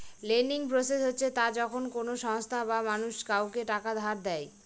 lending process হচ্ছে তা যখন কোনো সংস্থা বা মানুষ কাউকে টাকা ধার দেয়